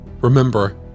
Remember